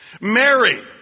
Mary